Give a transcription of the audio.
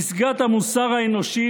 פסגת המוסר האנושי,